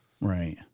Right